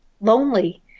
lonely